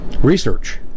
research